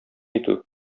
итү